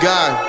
God